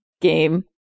game